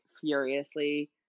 furiously